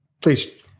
please